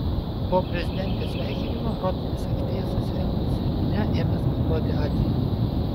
po prezidentės sveikinimo rotušės aikštėje susirinkusi minia ėmė skanduoti ačiū